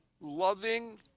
loving